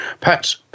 Pat